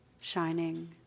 shining